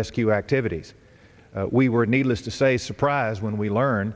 rescue activities we were needless to say surprise when we learn